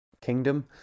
kingdom